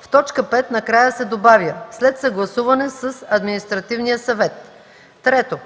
В т. 5 накрая се добавя „след съгласуване с Административния съвет”. 3.